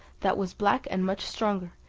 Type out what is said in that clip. that was black and much stronger,